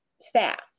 staff